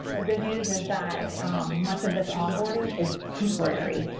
the good news is that much of this onboarding is temporary.